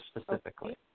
specifically